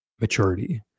maturity